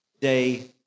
day